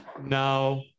no